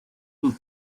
who